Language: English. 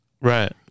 Right